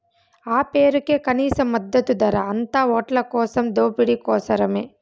ఆ పేరుకే కనీస మద్దతు ధర, అంతా ఓట్లకోసం దోపిడీ కోసరమే